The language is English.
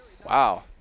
Wow